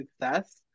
success